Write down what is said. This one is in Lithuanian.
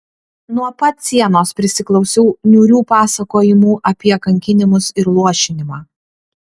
nuo pat sienos prisiklausiau niūrių pasakojimų apie kankinimus ir luošinimą